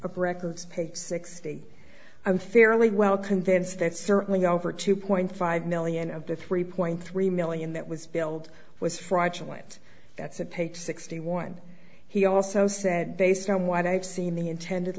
of records pig sixty i'm fairly well convinced that certainly over two point five million of the three point three million that was billed was fraudulent that's a page sixty one he also said based on what i've seen the intended